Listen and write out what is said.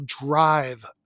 drive